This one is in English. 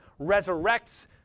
resurrects